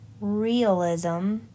realism